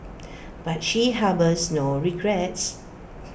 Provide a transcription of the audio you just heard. but she harbours no regrets